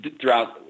Throughout